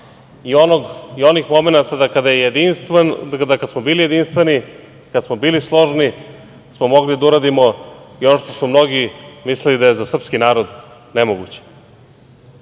i onih momenata da kada smo bili jedinstveni, kada smo bili složni, smo mogli da uradimo i ono što su mnogi mislili da je za srpski narod nemoguće. Često